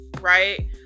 Right